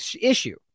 issue